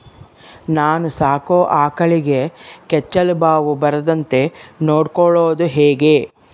ನಾನು ಸಾಕೋ ಆಕಳಿಗೆ ಕೆಚ್ಚಲುಬಾವು ಬರದಂತೆ ನೊಡ್ಕೊಳೋದು ಹೇಗೆ?